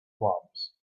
proms